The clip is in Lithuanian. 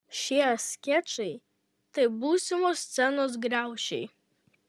šie skečai tai būsimos scenos griaučiai